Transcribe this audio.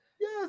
Yes